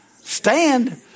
stand